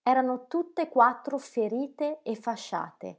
erano tutte e quattro ferite e fasciate